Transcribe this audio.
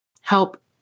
help